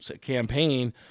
campaign